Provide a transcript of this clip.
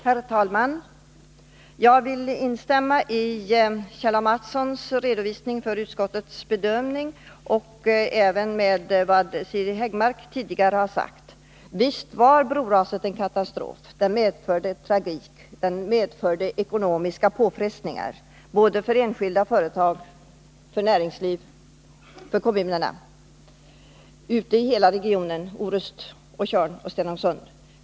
Herr talman! Jag vill först instämma i Kjell Mattssons redovisning av utskottets bedömning och även i det som Siri Häggmark tidigare har sagt. Visst var broraset en katastrof. Det medförde tragik. Det medförde ekonomiska påfrestningar för enskilda, företag, näringsliv och kommuner i hela regionen — Orust, Tjörn och Stenungsund.